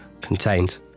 contained